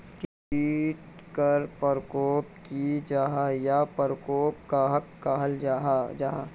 कीट टर परकोप की जाहा या परकोप कहाक कहाल जाहा जाहा?